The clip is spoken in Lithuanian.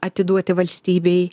atiduoti valstybei